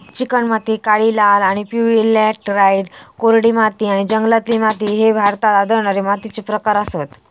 चिकणमाती, काळी, लाल आणि पिवळी लॅटराइट, कोरडी माती आणि जंगलातील माती ह्ये भारतात आढळणारे मातीचे प्रकार आसत